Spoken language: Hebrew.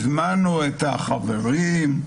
הזמנו את החברים.